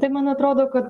tai man atrodo kad